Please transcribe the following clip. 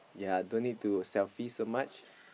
yea don't need to selfie so much